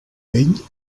vell